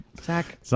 Zach